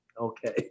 Okay